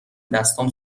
دستام